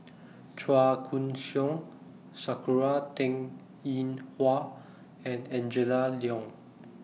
Chua Koon Siong Sakura Teng Ying Hua and Angela Liong